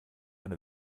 eine